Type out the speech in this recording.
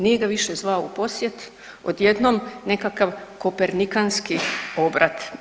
Nije ga više zvao u posjet, odjednom nekakav kopernikanski obrat.